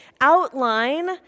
outline